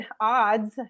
odds